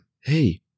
Hey